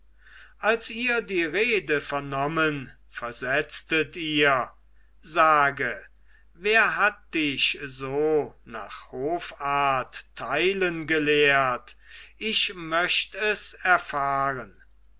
als ihr die rede vernommen versetztet ihr sage wer hat dich so nach hofart teilen gelehrt ich möcht es erfahren